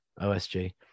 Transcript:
OSG